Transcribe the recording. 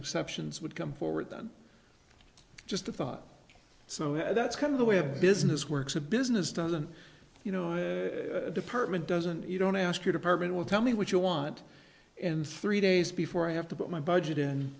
exceptions would come forward than just a thought so that's kind of the way business works a business doesn't you know a department doesn't you don't ask your department will tell me what you want in three days before i have to put my budget